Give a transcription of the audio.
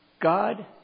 God